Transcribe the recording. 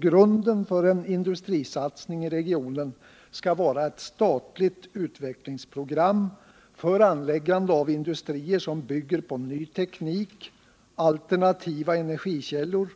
Grunden för en industrisatsning i regionen skall vara ett statligt utvecklingsprogram för anläggande av industrier som bygger på ny teknik, alternativa energikällor,